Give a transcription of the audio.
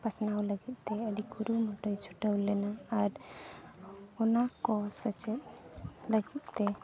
ᱯᱟᱥᱱᱟᱣ ᱞᱟᱹᱜᱤᱫᱼᱛᱮ ᱟᱹᱰᱤ ᱠᱩᱨᱩᱢᱩᱴᱩᱭ ᱪᱷᱩᱴᱟᱹᱣ ᱞᱮᱱᱟ ᱟᱨ ᱚᱱᱟᱠᱚ ᱥᱮᱪᱮᱫ ᱞᱟᱹᱜᱤᱫᱼᱛᱮ